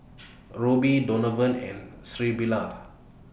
Roby Donovan and Sybilla